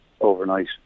overnight